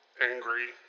angry